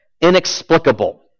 inexplicable